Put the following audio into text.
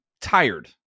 tired